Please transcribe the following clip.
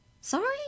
Sorry